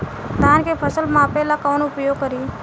धान के फ़सल मापे ला का उपयोग करी?